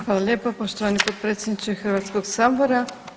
Hvala lijepo poštovani potpredsjedniče Hrvatskog sabora.